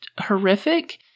horrific